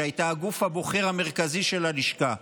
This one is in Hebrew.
שהייתה הגוף הבוחר המרכזי של הלשכה,